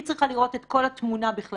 היא צריכה לראות את כל התמונה בכללותה,